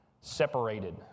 separated